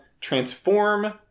transform